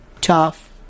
tough